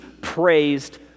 praised